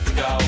go